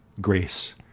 grace